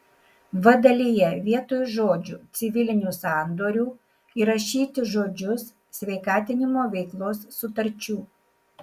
v dalyje vietoj žodžių civilinių sandorių įrašyti žodžius sveikatinimo veiklos sutarčių